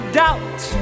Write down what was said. doubt